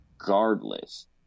regardless